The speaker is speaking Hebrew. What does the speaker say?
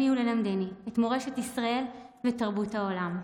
וללמדני את מורשת ישראל ותרבות העולם,